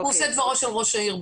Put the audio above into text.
הוא בהחלט עושה דברו של ראש העיר.